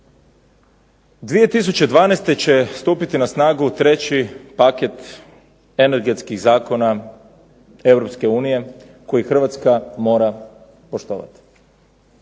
2012. će stupiti na snagu treći paket energetskih zakona Europske unije koji Hrvatska mora poštovati.